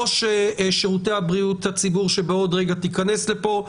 ראש שירותי בריאות הציבור שבעוד רגע תיכנס לפה.